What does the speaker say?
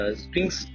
strings